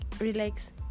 relax